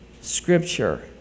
Scripture